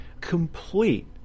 complete